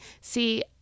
See